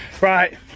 Right